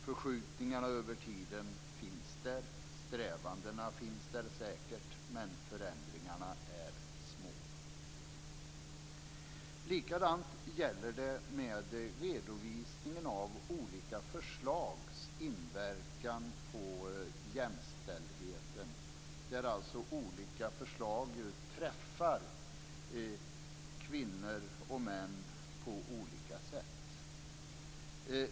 Förskjutningarna över tiden finns där, strävandena finns där säkert, men förändringarna är små. Likadant är det med redovisningen av olika förslags inverkan på jämställdheten. Olika förslag träffar kvinnor och män på olika sätt.